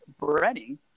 breading